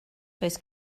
does